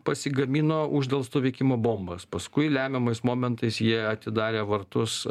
pasigamino uždelsto veikimo bombas paskui lemiamais momentais jie atidarė vartus